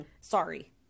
sorry